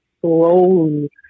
slowly